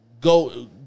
go